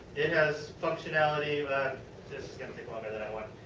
it has functionality. but this is going to take longer than i want.